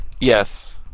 Yes